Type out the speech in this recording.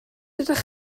ydych